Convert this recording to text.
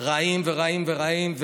רעים ורעים ורעים,